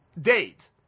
Date